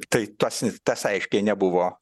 tai tas tas aiškiai nebuvo